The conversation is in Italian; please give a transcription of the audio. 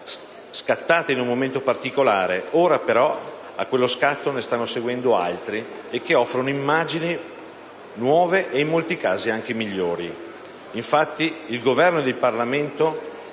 scattata in un momento particolare; ora, però, a quello scatto ne stanno seguendo altri, che offrono immagini nuove e in molti casi anche migliori. Infatti, il Governo e il Parlamento